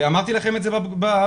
ואמרתי לכם את זה בפגישה.